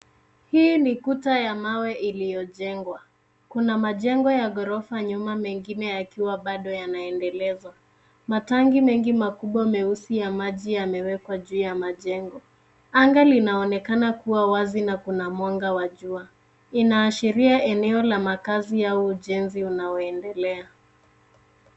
Hii ni kuta ya mawe iliyojengwa. Kuna majengo ya ghorofa nyuma mengine yakiwa bado yanaendelezwa. Matangi mengi makubwa meusi ya maji yamewekwa juu ya majengo. Anga linaonekana kuwa wazi na kuna mwanga wa jua. Inaashiria eneo la makaazi au ujenzi unaoendelea.